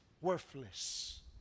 worthless